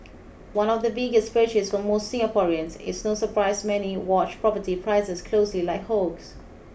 one of the biggest purchase for most Singaporeans it's no surprise many watch property prices closely like hawks